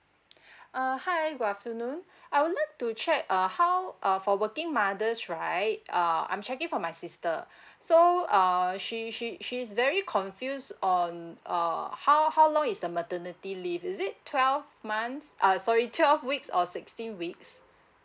uh hi good afternoon I would like to check uh how uh for working mothers right um I'm checking for my sister so err she she she's very confuse on err how how long is the maternity leave is it twelve months uh sorry twelve weeks or sixteen weeks